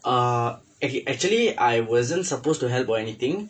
ah okay actually I wasn't supposed to help or anything